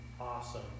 awesome